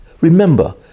Remember